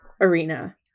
arena